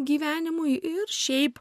gyvenimui ir šiaip